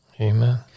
Amen